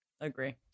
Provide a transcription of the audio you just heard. Agree